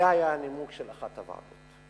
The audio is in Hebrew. זה היה הנימוק של אחת הוועדות.